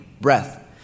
breath